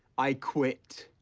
i quit.